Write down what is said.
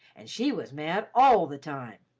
and she was mad all the time.